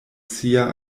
sia